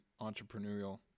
entrepreneurial